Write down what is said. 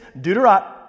Deuteronomy